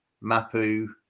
Mapu